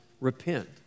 repent